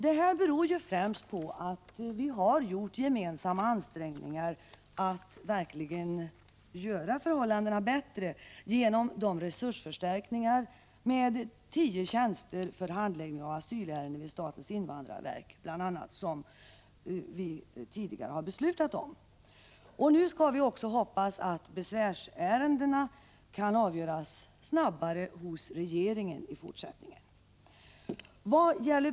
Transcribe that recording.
Det beror främst på att vi har gjort gemensamma ansträngningar att verkligen göra förhållandena bättre genom de resursförstärkningar, med bl.a. tio tjänster för handläggning av asylärenden vid statens invandrarverk, som riksdagen tidigare har beslutat om. Vi skall hoppas att också besvärsärendena kan avgöras snabbare hos regeringen i fortsättningen.